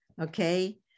Okay